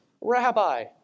Rabbi